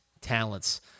talents